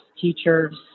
teachers